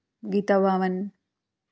గీతావావన్